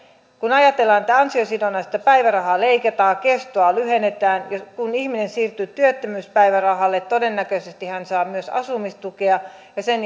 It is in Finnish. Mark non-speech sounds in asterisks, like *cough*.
kun ajatellaan että ansiosidonnaista päivärahaa leikataan kestoa lyhennetään kun ihminen siirtyy työttömyyspäivärahalle todennäköisesti hän saa myös asumistukea ja sen *unintelligible*